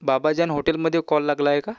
बाबाजान होटेलमध्ये कॉल लागला आहे का